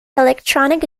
electronic